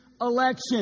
Election